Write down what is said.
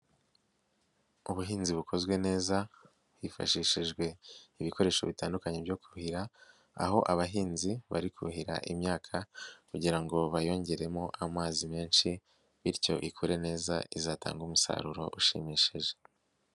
Ubuhinzi bukozwe neza hifashishijwe ibikoresho bitandukanye byo kuhira, aho abahinzi bari kuhira imyaka kugira ngo bayongeremo amazi menshi bityo ikure neza izatanga umusaruro ushimishije.